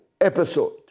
episode